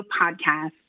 podcast